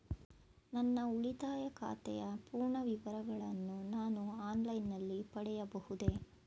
ನನ್ನ ಉಳಿತಾಯ ಖಾತೆಯ ಪೂರ್ಣ ವಿವರಗಳನ್ನು ನಾನು ಆನ್ಲೈನ್ ನಲ್ಲಿ ಪಡೆಯಬಹುದೇ?